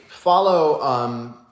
Follow